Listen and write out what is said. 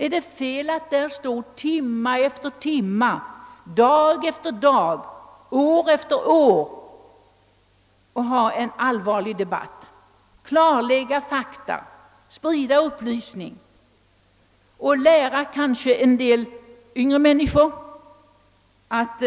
Är det fel att stå där timme efter timme, dag efter dag, år efter år och föra en allvarlig debatt, klarlägga fakta, sprida upplysning och kanske lära en del yngre människor att